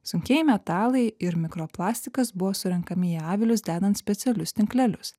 sunkieji metalai ir mikroplastikas buvo surenkami į avilius dedant specialius tinklelius